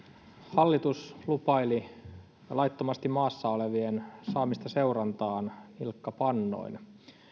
hallitus lupaili laittomasti maassa olevien saamista seurantaan nilkkapannoin